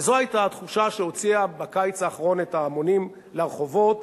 וזו היתה התחושה שהוציאה בקיץ האחרון את ההמונים לרחובות,